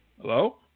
Hello